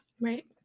right